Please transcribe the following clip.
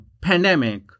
pandemic